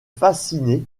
fasciné